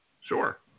Sure